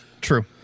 true